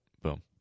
boom